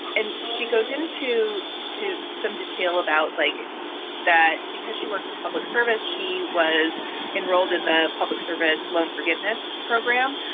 and she goes into to some detail about like that because she works in public service. she was enrolled in the public service loan forgiveness program.